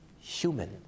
human